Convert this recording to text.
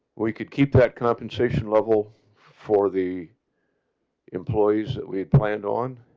we could keep that compensation level for the employees. that we had planned on